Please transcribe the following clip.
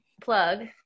plug